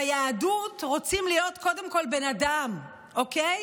ביהדות רוצים להיות קודם כול בן אדם, אוקיי?